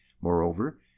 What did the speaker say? Moreover